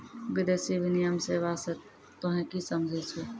विदेशी विनिमय सेवा स तोहें कि समझै छौ